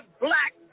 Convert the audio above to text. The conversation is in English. black